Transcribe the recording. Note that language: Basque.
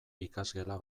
ikasgela